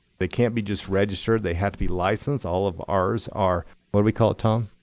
they can't be just registered. they have to be licensed. all of ours are what do we call it, tom?